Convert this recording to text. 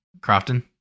Crofton